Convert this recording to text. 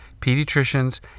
pediatricians